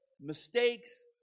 mistakes